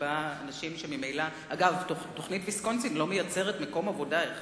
וכדאי לזכור שתוכנית ויסקונסין לא מייצרת ולו מקום עבודה אחד.